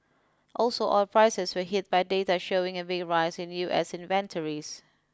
also oil prices were hit by data showing a big rise in U S inventories